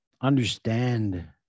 understand